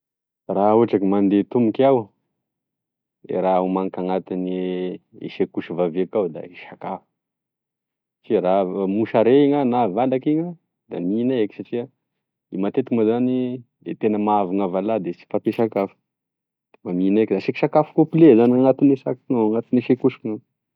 Raha ohatry ke mandeha tmboky iaho e raha homaniko anatigne sekosy babekao da e sakafo satria rava- mosare igny ah na valaky igny za da mihina eky satria matetiky i ma zany e tena mahavy gn'avy alah da gne sy fahampia sakafo mba mihina eky ah asiko sakafo kople zany anatigne sac anatigne sekosiko iny.